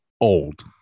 old